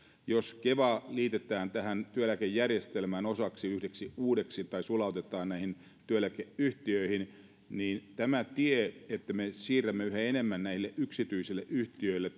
jos keva liitetään työeläkejärjestelmään sen yhdeksi uudeksi osaksi tai sulautetaan työeläkeyhtiöihin niin tämä tie että me siirrämme eläkevastuun hoitamisen yhä enemmän näille yksityisille yhtiöille